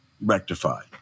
rectified